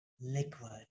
liquid